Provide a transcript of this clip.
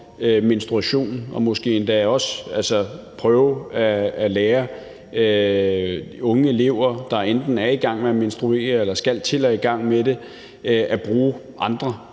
menstruation og måske endda også prøve at lære unge elever, der enten er begyndt at menstruere eller skal til det, at bruge andre